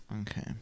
okay